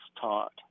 taught